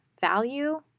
value